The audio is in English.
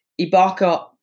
Ibaka